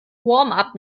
warmup